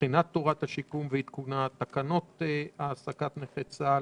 בחינת תורת השיקום ועדכונה, תקנות העסקת נכי צה"ל,